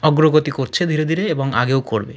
অগ্রগতি করছে ধীরে ধীরে এবং আগেও করবে